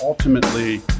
Ultimately